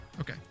Okay